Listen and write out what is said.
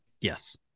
Yes